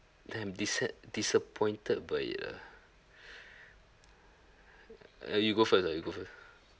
damn this set disappointed by uh uh you go first lah you go first